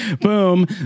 boom